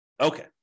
Okay